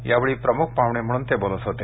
यावेळी प्रमुख पाहूणे म्हणून ते बोलत होते